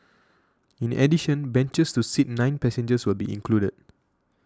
in addition benches to seat nine passengers will be included